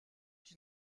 qui